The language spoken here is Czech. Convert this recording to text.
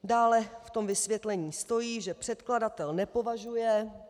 Dále v tom vysvětlení stojí, že předkladatel nepovažuje...